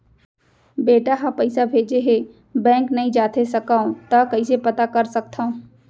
बेटा ह पइसा भेजे हे बैंक नई जाथे सकंव त कइसे पता कर सकथव?